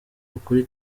ukuri